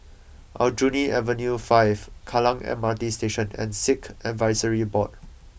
Aljunied Avenue five Kallang M R T Station and Sikh Advisory Board